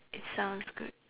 it sounds good